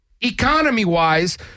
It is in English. economy-wise